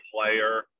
player